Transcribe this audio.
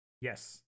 Yes